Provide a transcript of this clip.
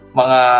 mga